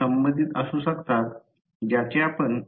तर कधीकधी येथे सतत स्थिर वेग असतो